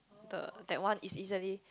the that one is easily